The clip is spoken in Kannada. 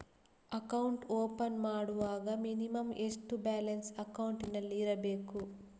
ಅಕೌಂಟ್ ಓಪನ್ ಮಾಡುವಾಗ ಮಿನಿಮಂ ಎಷ್ಟು ಬ್ಯಾಲೆನ್ಸ್ ಅಕೌಂಟಿನಲ್ಲಿ ಇರಬೇಕು?